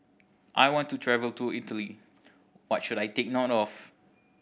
I want to travel to Italy what should I take note of